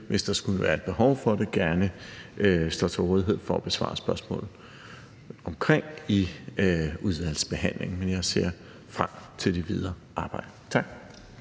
hvis der skulle være behov for det, gerne står til rådighed for at besvare spørgsmål om i udvalgsbehandlingen. Jeg ser frem til det videre arbejde. Tak.